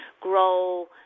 grow